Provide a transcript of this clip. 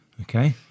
okay